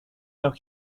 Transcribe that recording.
alors